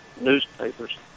newspapers